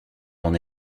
d’en